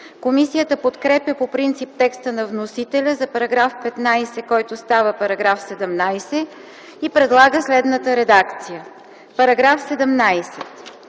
Комисията подкрепя по принцип текста на вносителя за § 15, който става § 17, и предлага следната редакция: „§ 17.